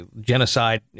genocide